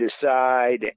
decide